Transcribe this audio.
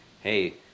Hey